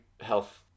health